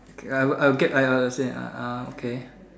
k I will I will get uh uh I will say uh okay